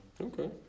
Okay